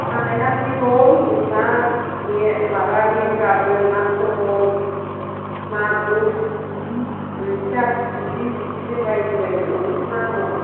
नायालाय दं मा मे माबा मेरगाबो ना कमल मागुर सिंगि बोथिया थुरि बिदिनो बायदि बायदि अनेग ना दं